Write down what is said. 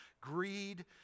greed